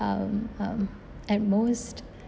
um um at most